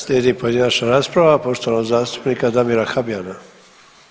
Slijedi pojedinačna rasprava poštovanog zastupnika Damira Habijana.